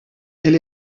elle